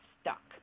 stuck